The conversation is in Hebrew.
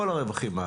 כל הרווחיים.